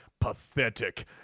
Pathetic